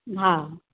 हा